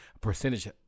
percentage